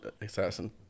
assassin